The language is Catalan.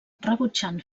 rebutjant